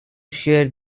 shear